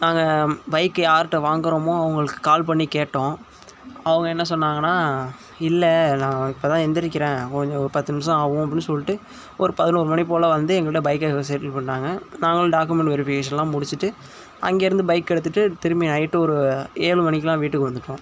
நாங்கள் பைக்கை யார்கிட்ட வாங்குகிறோமோ அவங்களுக்கு கால் பண்ணிக் கேட்டோம் அவங்க என்ன சொன்னாங்கனால் இல்லை நான் இப்போ தான் எழுந்திரிக்கிறேன் கொஞ்சம் ஒரு பத்து நிமிடம் ஆகும் அப்படின்னு சொல்லிவிட்டு ஒரு பதினோரு மணி போல் வந்து எங்கள்கிட்ட பைக்கை செட்டில் பண்ணிவிட்டாங்க நாங்களும் டாக்குமெண்ட் வெரிஃபிகேஷனெலாம் முடித்துட்டு அங்கேயிருந்து பைக்கை எடுத்துட்டு திரும்பி நைட்டு ஒரு ஏழு மணிக்கெலாம் வீட்டுக்கு வந்துவிட்டோம்